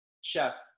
chef